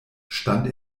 stand